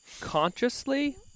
Consciously